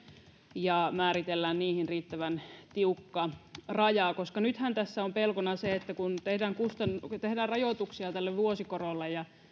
ja määritellään niihin riittävän tiukka raja koska nythän tässä on pelkona se että kun tehdään rajoituksia tälle vuosikorolle ja